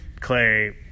Clay